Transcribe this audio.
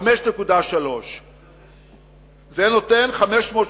5.3%. זה נותן 680?